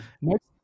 next